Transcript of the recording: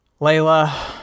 Layla